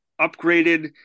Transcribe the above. upgraded